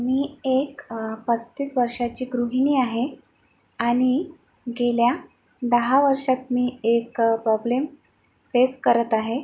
मी एक पस्तीस वर्षाची गृहिणी आहे आणि गेल्या दहा वर्षात मी एक प्रॉब्लेम फेस करत आहे